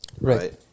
Right